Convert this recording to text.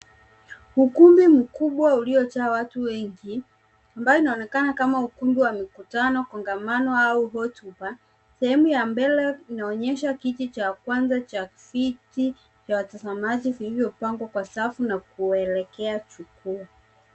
Ukumbi mkubwa ulijaa watu wengi, ambao unaonekana kama ukumbi wa mkutano, kongamano au hotuba, sehemu ya mbele inaonyesha kiti cha kwanza cha viti vya watazamaji vilivyopangwa kwa safu nakuelekea jukwaa.